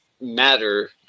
matter